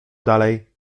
dalej